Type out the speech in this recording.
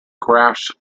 crafts